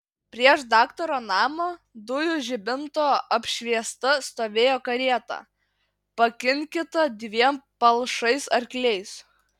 prieš daktaro namą dujų žibinto apšviesta stovėjo karieta pakinkyta dviem palšais arkliais